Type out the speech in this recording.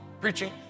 preaching